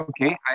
okay